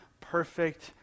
perfect